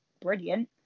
brilliant